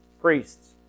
Priests